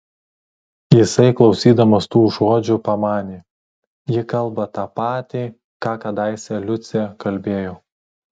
jisai klausydamas tų žodžių pamanė ji kalba ta patį ką kadaise liucė kalbėjo